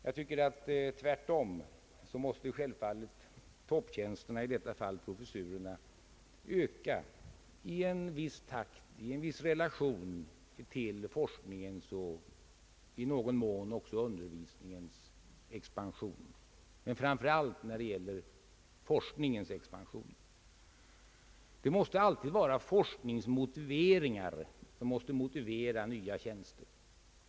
Jag tycker tvärtom att topptjänsterna, i detta fall professurerna, självfallet måste öka i en viss takt i relation till forskningens och i någon mån undervisningens expansion — framför allt forskningens expansion. Det måste alltid vara forskning som motiv för nya tjänster.